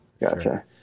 gotcha